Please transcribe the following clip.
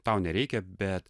tau nereikia bet